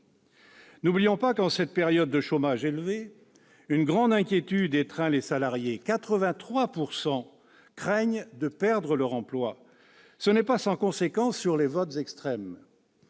N'oublions pas qu'en cette période de chômage élevé une grande inquiétude étreint les salariés : 83 % d'entre eux craignent de perdre leur emploi, ce qui n'est pas sans conséquence sur les votes extrêmes.